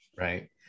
right